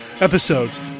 episodes